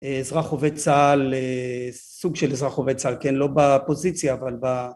אזרח עובד צה״ל, סוג של אזרח עובד צה״ל, כן? לא בפוזיציה אבל